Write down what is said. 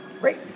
Great